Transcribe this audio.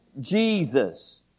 Jesus